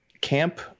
Camp